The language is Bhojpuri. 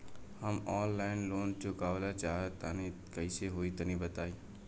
हम आनलाइन लोन चुकावल चाहऽ तनि कइसे होई तनि बताई?